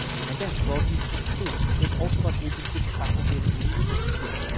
and again broadly is construed, but it's also about agency for faculty and agency for students.